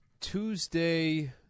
Tuesday